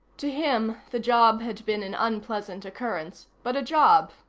to him, the job had been an unpleasant occurrence, but a job,